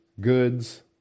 goods